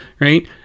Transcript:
right